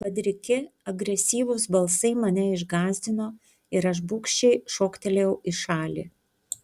padriki agresyvūs balsai mane išgąsdino ir aš bugščiai šoktelėjau į šalį